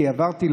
כי עברתי,